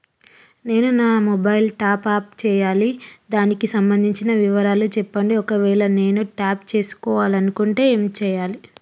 నేను నా mobile top up చేయాలి దానికి సంబంధించిన వివరాలు చెప్పండి ఒకవేళ నేను టాప్ చేసుకోవాలనుకుంటే ఏం చేయాలి?